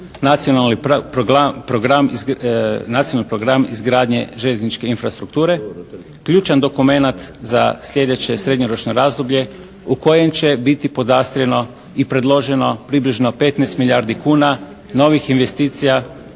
nacionalni program izgradnje željezničke infrastrukture. Ključan dokumenat za sljedeće srednjoročno razdoblje u kojem će biti podastrijeno i predloženo približno 15 milijardi kuna novih investicija